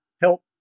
help